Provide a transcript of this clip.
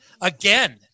again